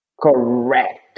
Correct